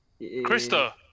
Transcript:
Krista